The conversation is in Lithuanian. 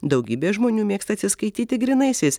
daugybė žmonių mėgsta atsiskaityti grynaisiais